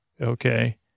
Okay